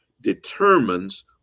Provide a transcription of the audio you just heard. determines